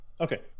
okay